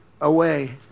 away